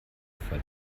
fall